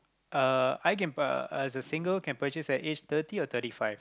uh I can pur~ uh as a single can purchase at age thirty or thirty five